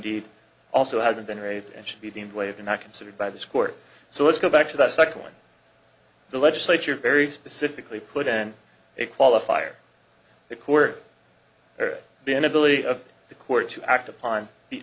deed also hasn't been raised and should be deemed waived not considered by this court so let's go back to the second one the legislature very specifically put in a qualifier the court or been ability of the court to act upon the